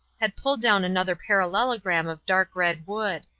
had pulled down another parallelogram of dark-red wood.